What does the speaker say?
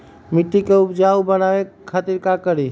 मिट्टी के उपजाऊ बनावे खातिर का करी?